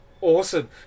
Awesome